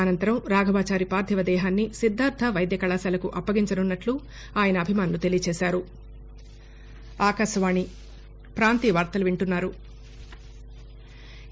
అనంతరం రాఘవాచారి పార్థివదేహాన్ని సిద్ధార్థ వైద్య కళాశాలకు అప్పగించనున్నట్లు ఆయన అభిమానులు తెలియజేశారు